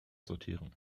sortieren